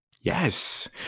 Yes